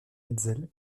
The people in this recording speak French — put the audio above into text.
hetzel